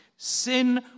Sin